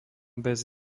bez